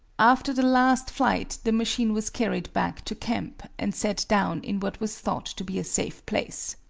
after the last flight the machine was carried back to camp and set down in what was thought to be a safe place.